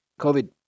COVID